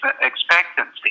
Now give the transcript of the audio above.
expectancy